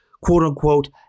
quote-unquote